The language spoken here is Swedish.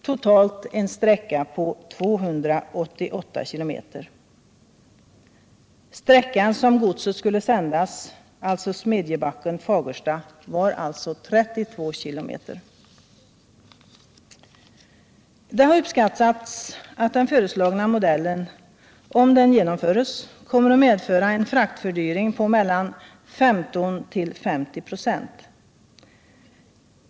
Totalt en sträcka på 288 km. Sträckan som godset skulle sändas, Smedjebacken-Fagersta, var alltså 32 km. Det har uppskattats att den föreslagna modellen, om den genomförs, kommer att medföra en fraktfördyring på mellan 15 och 50 96.